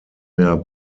mehr